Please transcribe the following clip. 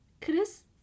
Chris